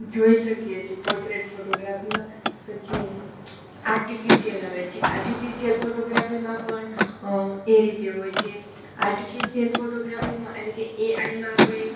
જોઈ શકીએ છીએ પોટ્રેટ ફોટોગ્રાફીમાં પછી આટિફિસિયલ આવે છે આર્ટિફિસિયલ ફોટોગ્રાફીમાં પણ એ રીતે હોય છે આર્ટિફિશિયલ ફોટોગ્રાફીમાં એટલે કે એ આઈ માં આપણે